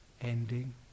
Ending